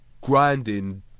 grinding